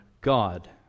God